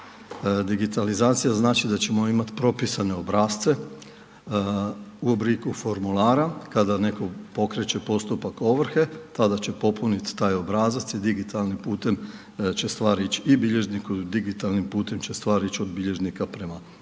Digitalizacija znači da ćemo imati propisane obrasce u obliku formulara. Kada netko pokreće postupak ovrhe, tada će popuniti taj obrazac i digitalnim putem će stvar ići i bilježniku i digitalnim putem će stvar ići od bilježnika prema sudu.